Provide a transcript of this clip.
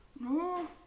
no